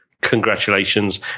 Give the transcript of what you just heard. Congratulations